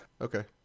Okay